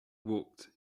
walked